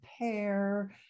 pair